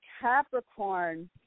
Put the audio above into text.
Capricorn